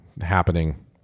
happening